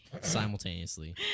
Simultaneously